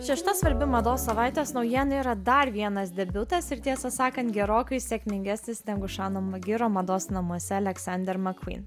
šešta svarbi mados savaitės naujiena yra dar vienas debiutas ir tiesą sakant gerokai sėkmingesnis negu žano magiro mados namuose aleksander mcquen